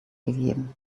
gegeben